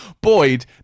Boyd